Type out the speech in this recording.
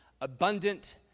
abundant